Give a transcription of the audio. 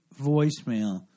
voicemail